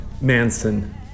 Manson